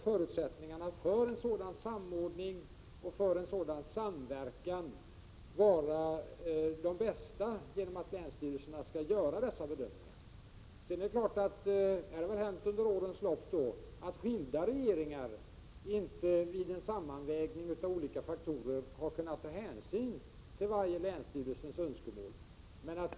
Förutsättningarna för en sådan samordning och samverkan bör vara de bästa genom att länsstyrelserna gör dessa bedömningar. Det är klart att det på detta område under årens lopp har hänt att skilda regeringar vid en sammanvägning av olika faktorer inte har kunnat ta hänsyn till varje länsstyrelses önskemål.